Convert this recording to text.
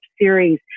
series